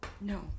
No